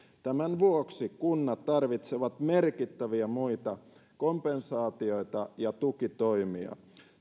tämän vuoksi kunnat tarvitsevat merkittäviä muita kompensaatioita ja tukitoimia